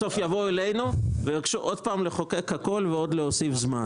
בסוף יבואו אלינו ויבקשו עוד פעם לחוקק את הכול ועוד להוסיף זמן.